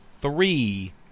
Three